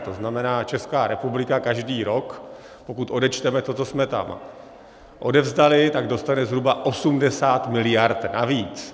To znamená Česká republika každý rok, pokud odečteme to, co jsme tam odevzdali, dostane zhruba 80 mld. navíc.